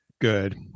good